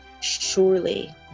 surely